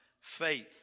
faith